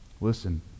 Listen